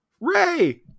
Ray